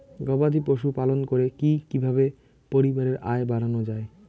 গবাদি পশু পালন করে কি কিভাবে পরিবারের আয় বাড়ানো যায়?